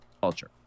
Culture